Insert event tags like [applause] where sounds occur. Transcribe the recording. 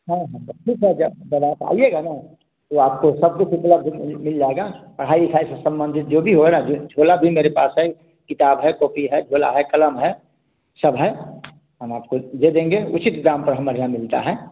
हाँ हाँ [unintelligible] जब आप आइएगा ना तो आपको सब कुछ उपलब्ध मिल जाएगा पढ़ाई लिखाई से सम्बंधित जो भी होगा ना जो झोला भी मेरे पास है किताब है कॉपी है झोला है क़लम है सब है हम आपको दे देंगे उचित दाम पर हमारे यहाँ मिलता है